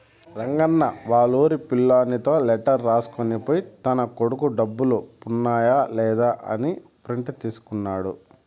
రంగన్న వాళ్లూరి పిల్లోనితో లెటర్ రాసుకొని పోయి తన కొడుకు డబ్బులు పన్నాయ లేదా అని ప్రింట్ తీసుకున్నాడు